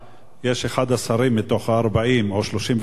אחד השרים מתוך ה-40 או 39,